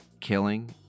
killing